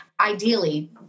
Ideally